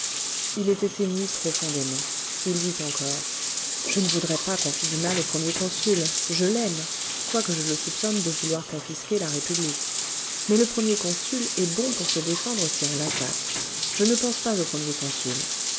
il était ému profondément il dit encore je ne voudrais pas qu'on fit du mal au premier consul je l'aime quoique je le soupçonne de vouloir confisquer la république mais le premier consul est bon pour se défendre si on l'attaque je ne pense pas au premier consul